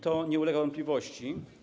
To nie ulega wątpliwości.